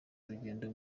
urugendo